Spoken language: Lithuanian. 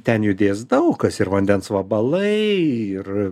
ten judės daug kas ir vandens vabalai ir